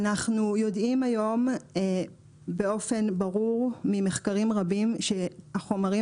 אנחנו יודעים היום באופן ברור ממחקרים רבים שהחומרים